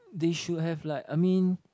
they should have like I mean